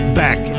back